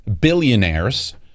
billionaires